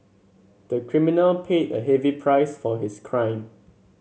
the criminal paid a heavy price for his crime